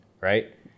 right